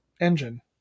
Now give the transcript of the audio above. engine